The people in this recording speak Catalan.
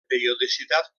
periodicitat